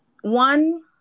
one